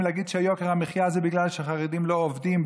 ולהגיד שיוקר המחיה זה בגלל שהחרדים לא עובדים,